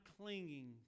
clinging